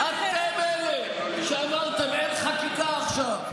אתם אלה שאמרתם: אין חקיקה עכשיו,